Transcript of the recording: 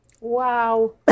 Wow